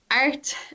art